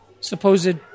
supposed